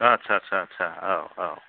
आच्चा चा चा औ औ